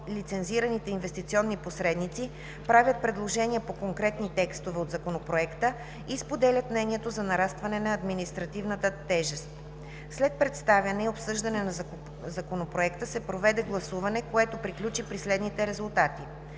лицензираните инвестиционни посредници правят предложения по конкретни текстове от Законопроекта и споделят мнението за нарастване на административната тежест. След представяне и обсъждане на Законопроекта се проведе гласуване, което приключи при следните резултати: